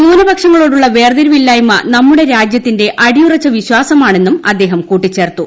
ന്യൂനപക്ഷങ്ങളോടുള്ള വേർതിരിവില്ലായ്മ നമ്മുടെ രാജ്യത്തിന്റെ അടിയുറച്ച വിശ്വാസമാണെന്നും അദ്ദേഹം കൂട്ടിച്ചേർത്തു